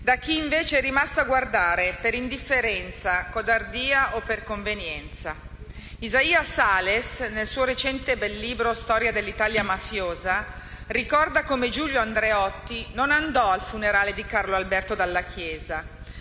da chi invece è rimasto a guardare, per indifferenza, codardia o per convenienza. Isaia Sales, nel suo recente e bel libro «Storia dell'Italia mafiosa» ricorda come Giulio Andreotti non andò al funerale di Carlo Alberto Dalla Chiesa.